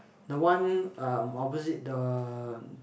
the one um opposite the